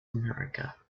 america